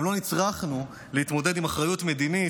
גם לא נצרכנו להתמודד עם אחריות מדינית,